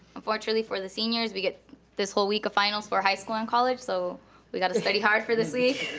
unfortunately for the seniors, we get this whole week of finals for our high school and college, so we gotta study hard for this week.